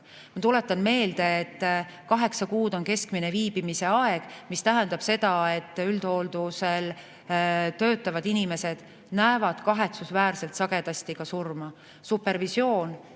Ma tuletan meelde, et kaheksa kuud on keskmine [hooldekodus] viibimise aeg, mis tähendab seda, et üldhoolduse alal töötavad inimesed näevad kahetsusväärselt sagedasti ka surma. Supervisioon,